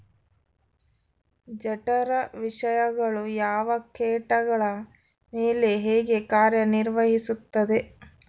ಜಠರ ವಿಷಯಗಳು ಯಾವ ಕೇಟಗಳ ಮೇಲೆ ಹೇಗೆ ಕಾರ್ಯ ನಿರ್ವಹಿಸುತ್ತದೆ?